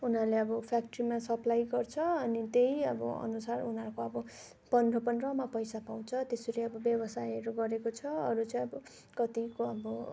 उनीहरूले अब फ्याक्ट्रीमा सप्लाई गर्छ अनि त्यही अब अनुसार उनीहरूको अब पन्ध्र पन्ध्रमा पैसा पाउँछ त्यसरी अब व्यवसायहरू गरेको छ अरू चाहिँ अब कतिको अब